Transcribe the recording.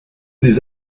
des